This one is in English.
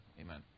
Amen